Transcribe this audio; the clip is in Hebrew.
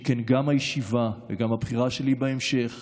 שכן גם הישיבה וגם הבחירה שלי בהמשך